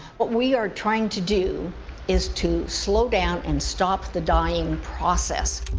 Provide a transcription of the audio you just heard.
what we are trying to do is to slow down and stop the dying process.